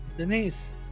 Denise